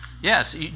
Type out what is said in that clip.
Yes